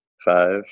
Five